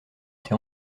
t’es